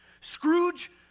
Scrooge